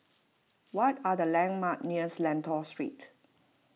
what are the landmarks near Lentor Street